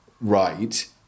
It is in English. right